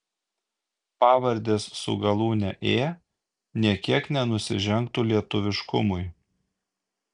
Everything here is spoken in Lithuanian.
pavardės su galūne ė nė kiek nenusižengtų lietuviškumui